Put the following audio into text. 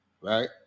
Right